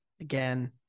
Again